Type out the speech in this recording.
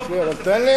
כי הוא אמר "לקטוף".